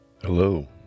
hello